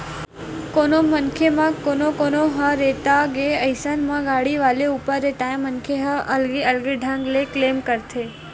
कोनो मनखे म कोनो कोनो ह रेता गे अइसन म गाड़ी वाले ऊपर रेताय मनखे ह अलगे अलगे ढंग ले क्लेम करथे